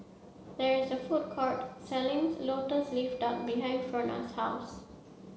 there is a food court selling Lotus Leaf Duck behind Frona's house